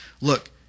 Look